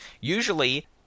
Usually